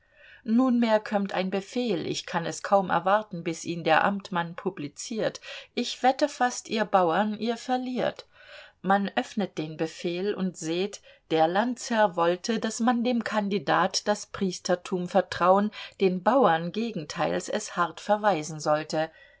nunmehr kömmt ein befehl ich kann es kaum erwarten bis ihn der amtmann publiziert ich wette fast ihr bauern ihr verliert man öffnet den befehl und seht der landsherr wollte daß man dem kandidat das priestertum vertraun den bauern gegenteils es hart verweisen sollte